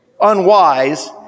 unwise